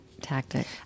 tactic